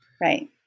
right